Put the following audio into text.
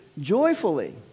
joyfully